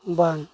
ᱵᱟᱝ